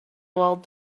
old